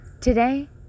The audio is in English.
Today